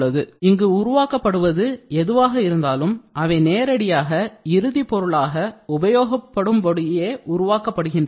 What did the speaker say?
எனவே இங்கு உருவாக்கப்படுவது எதுவாக இருந்தாலும் அவை நேரடியாக இறுதி பொருளாக உபயோகப்படும் படியே உருவாக்கப்படுகின்றன